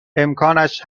امکانش